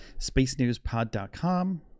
spacenewspod.com